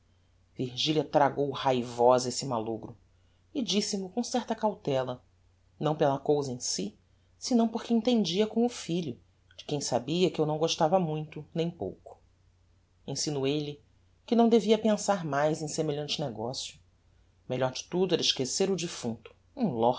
virgilia tragou raivosa esse mallogro e disse mo com certa cautela não pela cousa em si senão porque entendia com o filho de quem sabia que eu não gostava muito nem pouco insinuei lhe que não devia pensar mais em semelhante negocio o melhor de tudo era esquecer o defunto